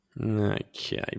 Okay